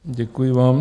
Děkuji vám.